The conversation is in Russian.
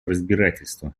разбирательства